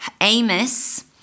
Amos